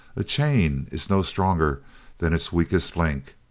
a chain is no stronger than its weakest link,